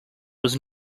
was